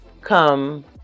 come